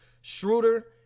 Schroeder